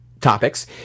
topics